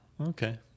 okay